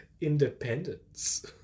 independence